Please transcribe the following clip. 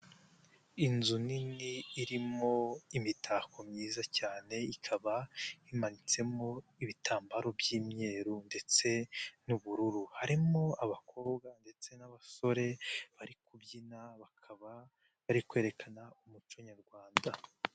Inzu nini irimo imitako myiza cyane ikaba imanitsemo ibitambaro by'imyeru ndetse n'ubururu, harimo abakobwa ndetse n'abasore bari kubyina bakaba bari kwerekana umuco nyarwanda.